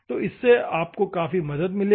तो इससे आपको काफी मदद मिली होगी